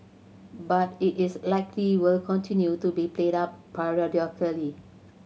but it is likely will continue to be played up periodically